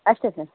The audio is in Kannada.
ಅಷ್ಟೇ ಸರ್